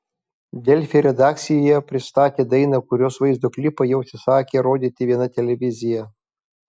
delfi redakcijoje pristatė dainą kurios vaizdo klipą jau atsisakė rodyti viena televizija